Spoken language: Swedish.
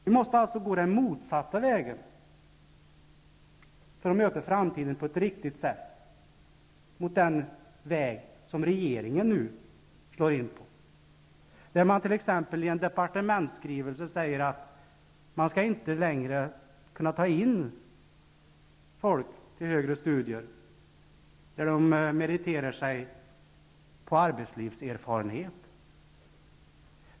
Vi måste alltså gå den motsatta vägen för att kunna möta framtiden på ett riktigt sätt, till skillnad mot den väg som regeringen nu slår in på. I en departementsskrivelse sägs det t.ex. att man inte längre till högre studier skall anta människor med arbetslivserfarenhet som merit.